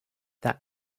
that